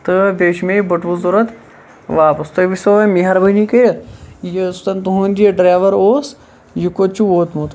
تہٕ بیٚیہِ چھُ مےٚ یہِ بٔٹوٕ ضوٚرتھ واپَس تُہۍ وٕچھ تو مہربٲنی کٔرِتھ یُس زَن تُہُند یہِ ڈرایور اوس یہِ کوٚت چھُ ووٚتمُت